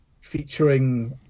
featuring